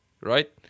right